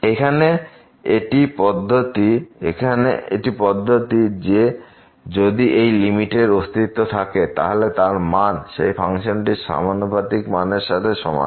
এখানে এটি পদ্ধতি যে যদি এই লিমিটের অস্তিত্ব থাকে তাহলে তার মান সেই ফাংশনটির সমানুপাতিক মানের সাথে সমান